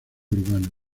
urbano